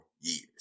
years